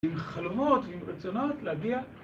עם חלומות ועם רצונות להגיע.